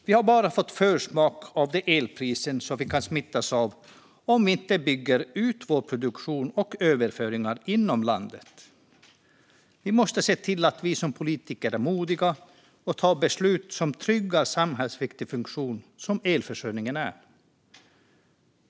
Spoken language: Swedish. Vi har bara fått en försmak av de elpriser som vi kan smittas av om vi inte bygger ut vår produktion och överföringar inom landet. Vi måste se till att vi som politiker är modiga och fattar beslut som tryggar samhällsviktig funktion, som elförsörjningen är.